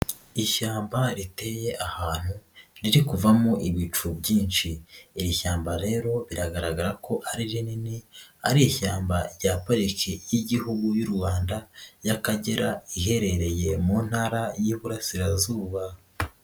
Ishyamba riteye ahantu riri kuvamo ibicu byinshi iri shyamba rero biragaragara ko ari rinini, ari ishyamba rya pariki y'Igihugu y'u Rwanda y'Akagera iherereye mu ntara y'Iburasirazuba.